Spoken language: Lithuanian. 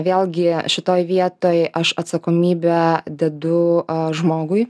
vėlgi šitoj vietoj aš atsakomybę dedu a žmogui